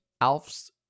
Alf's